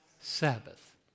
Sabbath